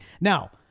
Now